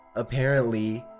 apparently,